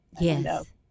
Yes